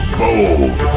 bold